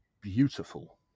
beautiful